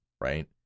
right